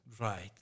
Right